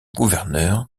gouverneur